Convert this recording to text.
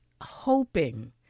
hoping